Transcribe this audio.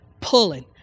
pulling